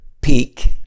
peak